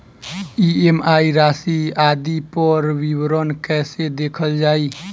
EMI राशि आदि पर विवरण कैसे देखल जाइ?